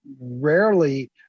rarely